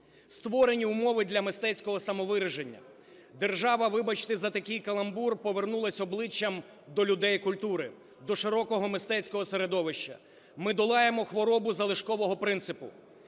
створені умови для мистецького самовираження, держава, вибачте за такий каламбур, повернулася обличчям до людей культури, до широкого мистецького середовища. Ми долаємо хворобу залишкового принципу,